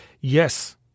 yes